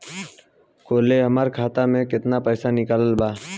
काल्हे हमार खाता से केतना पैसा निकलल बा?